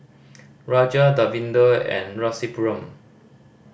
Raja Davinder and Rasipuram